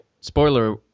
spoiler